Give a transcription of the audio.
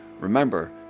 remember